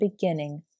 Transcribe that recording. beginning